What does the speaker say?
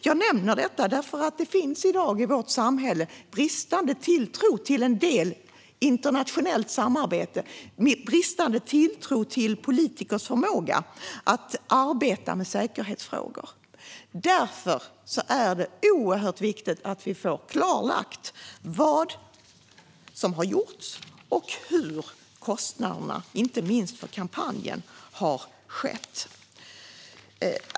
Jag nämner detta eftersom det i vårt samhälle i dag finns en bristande tilltro till en del internationellt samarbete och till politikers förmåga att arbeta med säkerhetsfrågor. Därför är det oerhört viktigt att vi får klarlagt vad som har gjorts och hur kostnaderna, inte minst för kampanjen, har skötts.